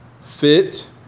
Fit